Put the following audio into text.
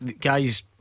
Guys